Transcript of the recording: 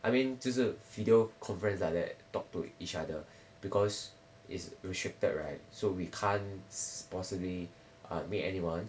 I mean 就是 video conference like that talk to each other because it's restricted right so we can't possibly meet anyone